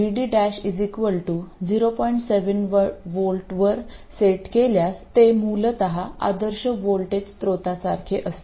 7 V वर set केल्यास ते मूलत आदर्श व्होल्टेज स्त्रोतासारखे असते